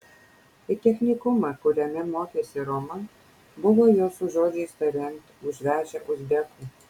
į technikumą kuriame mokėsi roma buvo jos žodžiais tariant užvežę uzbekų